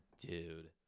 Dude